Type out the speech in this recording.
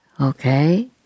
Okay